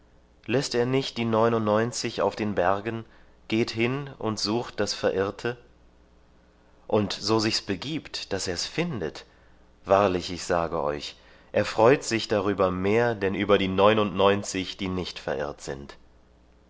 läßt er nicht die neunundneunzig auf den bergen geht hin und sucht das verirrte und so sich's begibt daß er's findet wahrlich ich sage euch er freut sich darüber mehr denn über die neunundneunzig die nicht verirrt sind